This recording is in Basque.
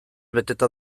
beteta